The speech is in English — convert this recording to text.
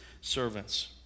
servants